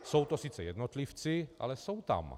Jsou to sice jednotlivci, ale jsou tam.